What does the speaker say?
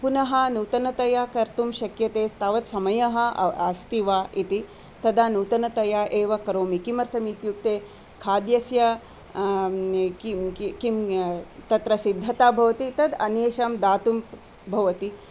पुनः नूतनतया कर्तुं शक्यते तावत् समयः अ अस्ति वा इति तदा नूतनतया एव करोमि किमर्थमित्युक्ते खाद्यस्य किं किं तत्र सिद्धता भवति तत् अन्येषां दातुं भवति